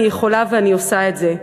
אני יכולה ואני עושה את זה,